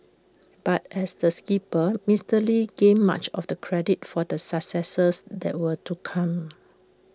but as the skipper Mister lee gained much of the credit for the successes that were to come